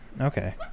Okay